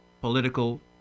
political